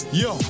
yo